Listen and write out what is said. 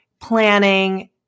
planning